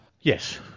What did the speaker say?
Yes